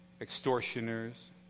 extortioners